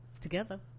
Together